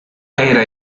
era